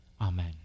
Amen